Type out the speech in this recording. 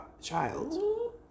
child